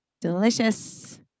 delicious